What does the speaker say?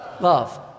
Love